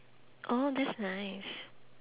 oh that's nice